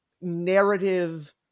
narrative